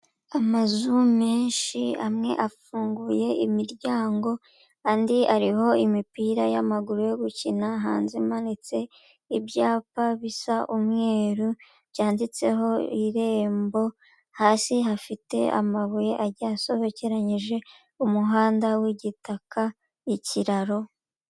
Amazu menshi amwe afunguye imiryango andi ariho imipira y'amaguru yo gukina hanze imanitse, ibyapa bisa umweru byanditseho irembo, hasi hafite amabuye agiye asobekeranyije, umuhanda w'igitaka, ikirararo.